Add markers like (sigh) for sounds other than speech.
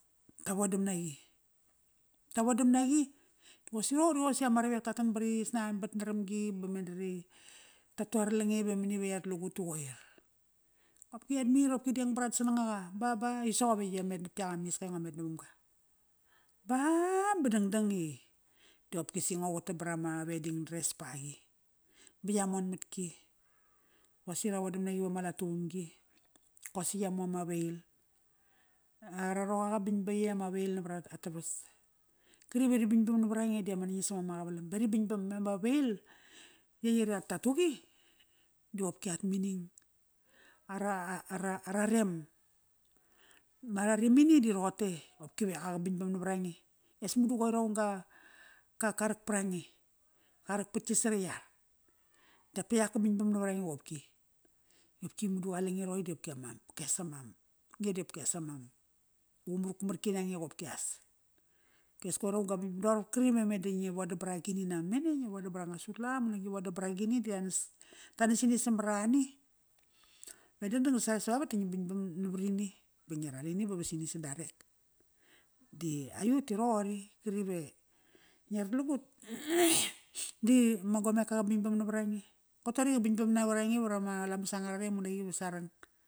Ta vodam naqi, ta vodam naqi, qosi roqo ri qosi ravek ta tan ba ri snanbat naram gi meda ri, ta tu ara lange ve mani ve ia rat lagut da qoir. Qopki iat mir qopki deng vrat sanang aqa ba, ba i soqop etk i ya met nap yak amiska i ngo met navam ga. Ba, ba dangdang i diqopkisi ngo quatam varama wedding dress baqaqi. Ba ia monmatki, qosi ra vodam naqi vama latumgi. Qosi ya mu ama veil. Ara roqa qa bing ba ietk ama veil navara atavas. Qari va ri bingbam navar ange di ama nangis om ama qavalam. Va ri bingbam ama veil, ietk i ra ratuqi, diqopki at meaning ara, a-ara rem. Ma rarimini di roqote. Qopki ve qa, qa bingbam navarange. As madu qoir aung qa, qa qarak parange. Qa rak vat gi sariyar. Dape yak ko bingbam navarange qopki. Qopki madu qale nge roqori di qopki ama qopkias ama ngedi qopkias ama qumarkumarki nange qopkias. Qopkias koir kaung ga bingbam, doqor kri va meda ngi vodam vat agini nama mene? Ngi vodam vat anga sutlam unak ngi vodam vat agini di ranas, ta nas ini samarani. Ve dangdang da sare savavat da ngi bingbam navarini, ba ngi ral ini ba vasini sadarek. Di aiut di roqori. Qri ve ngi rat lagut (noise) di ama gomeka qa bingbam navarange. Qoi toqori qa bingbam navarange i varama lamas angararem unak i va sarang.